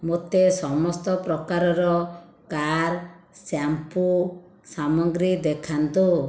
ମୋତେ ସମସ୍ତ ପ୍ରକାରର କାର୍ ଶ୍ୟାମ୍ପୂ ସାମଗ୍ରୀ ଦେଖାନ୍ତୁ